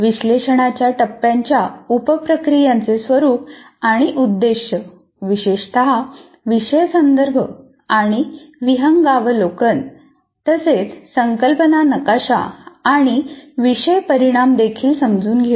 विश्लेषणाच्या टप्प्याच्या उप प्रक्रियांचे स्वरूप आणि उद्देश्य विशेषत विषय संदर्भ आणि विहंगावलोकन तसेच संकल्पना नकाशा आणि विषय परिणाम देखील समजून घेऊ